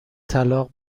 طلاق